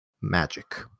magic